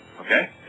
Okay